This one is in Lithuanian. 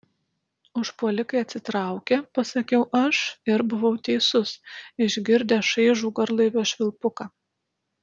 užpuolikai atsitraukė pasakiau aš ir buvau teisus išgirdę šaižų garlaivio švilpuką